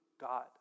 God